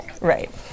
Right